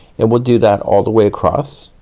and we'll do that all the way across,